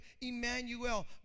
Emmanuel